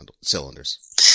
cylinders